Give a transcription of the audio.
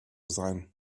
sein